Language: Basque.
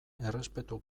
errespetu